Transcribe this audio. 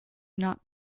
not